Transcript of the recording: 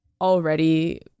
already